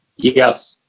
yes.